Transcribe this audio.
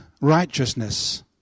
righteousness